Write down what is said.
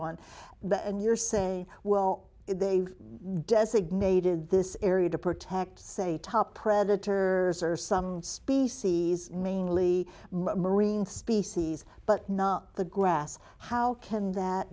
one and you're saying well they've designated this area to protect say top predator is or some species mainly marine species but not the grass how can that